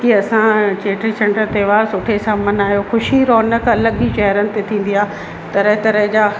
की असां चेटी चंड त्योहार सुठे सां मल्हायो ख़ुशी रौनक़ु अलॻि ई चहरन ते थींदी आहे तरह तरह जा